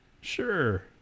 Sure